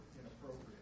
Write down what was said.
inappropriate